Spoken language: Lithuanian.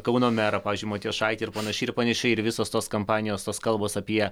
kauno merą pavyzdžiui matijošaitį ir panašiai ir panašiai ir visos tos kampanijos tos kalbos apie